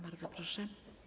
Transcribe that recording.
Bardzo proszę.